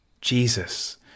Jesus